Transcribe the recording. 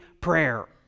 prayer